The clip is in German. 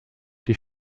die